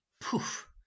Poof